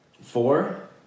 Four